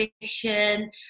position